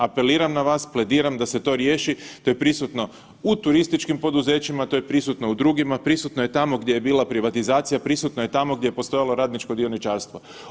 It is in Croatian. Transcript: Apeliram na vas, plediram da se to riješi to je prisuto u turističkim poduzećima, to je prisutno u drugima, prisutno je tamo gdje je bila privatizacija, prisutno je tamo gdje postojalo radničko dioničarstvo.